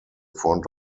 front